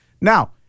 Now